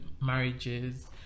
marriages